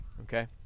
Okay